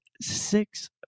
six